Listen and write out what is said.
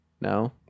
No